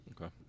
Okay